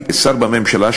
כשר בממשלה,